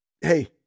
hey